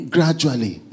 Gradually